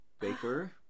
baker